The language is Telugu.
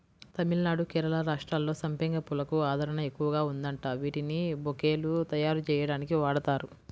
తమిళనాడు, కేరళ రాష్ట్రాల్లో సంపెంగ పూలకు ఆదరణ ఎక్కువగా ఉందంట, వీటిని బొకేలు తయ్యారుజెయ్యడానికి వాడతారు